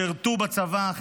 שירתו בצבא,